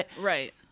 Right